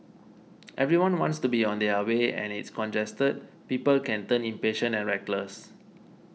everyone wants to be on their way and it's congested people can turn impatient and reckless